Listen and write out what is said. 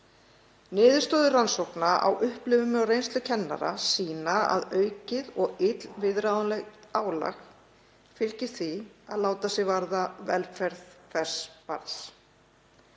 Niðurstöður rannsókna á upplifun og reynslu kennara sýna að aukið og illviðráðanlegt álag fylgi því að láta sig varða velferð hvers barns.